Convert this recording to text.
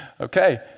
Okay